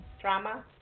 Drama